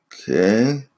Okay